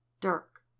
dirk